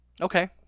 Okay